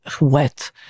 wet